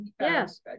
yes